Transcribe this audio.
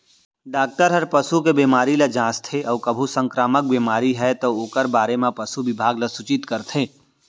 doctor हर पसू के बेमारी ल जांचथे अउ कभू संकरामक बेमारी हे तौ ओकर बारे म पसु बिभाग ल सूचित करथे